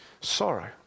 sorrow